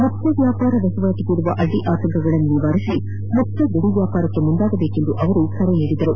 ಮುಕ್ತ ವ್ಯಾಪಾರ ವಹಿವಾಟ್ಲಿಗಿರುವ ಅಡ್ಡಿ ಆತಂಕಗಳನ್ನು ನಿವಾರಿಸಿ ಮುಕ್ತ ಗಡಿ ವ್ಯಾಪಾರಕ್ಕೆ ಮುಂದಾಗಬೇಕೆಂದು ಅವರು ಕರೆ ನೀಡಿದರು